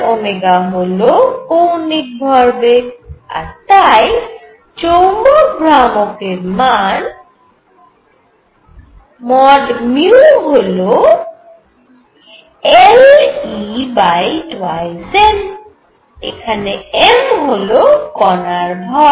mR2 হল কৌণিক ভরবেগ আর তাই চৌম্বক ভ্রামকের মান হল le2m এখানে m হল কণার ভর